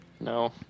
No